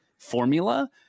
formula